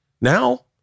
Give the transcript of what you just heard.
now